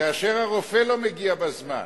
כאשר הרופא לא מגיע בזמן,